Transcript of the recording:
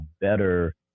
better